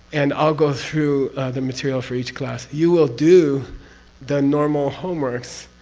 and i'll go through the material for each class. you will do the normal homeworks